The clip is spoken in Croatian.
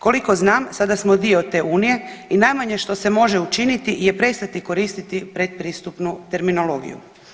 Koliko znam sada smo dio te unije i najmanje što se može učiniti je prestati koristiti predpristupnu terminologiju.